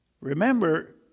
remember